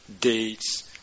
dates